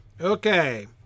Okay